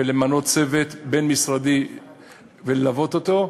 למנות צוות בין-משרדי וללוות אותו.